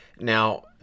now